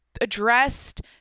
addressed